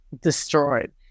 destroyed